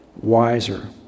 wiser